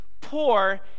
Poor